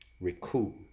Recoup